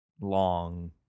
long